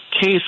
case